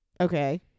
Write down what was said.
okay